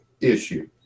issue